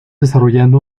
desarrollando